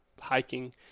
hiking